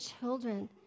children